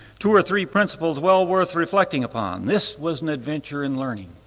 two or three principles well worth reflecting upon, this was an adventure in learning,